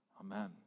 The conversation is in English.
Amen